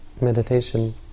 meditation